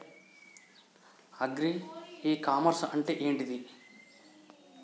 Agri e commerce అంటే ఏంటిది?